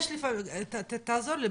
תעזור לי,